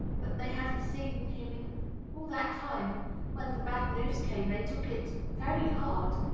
but they hadnh seen him in all that time, and when the bad news came they took it very hard.